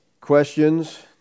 questions